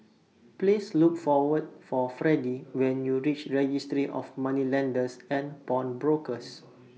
Please Look For were For Fredy when YOU REACH Registry of Moneylenders and Pawnbrokers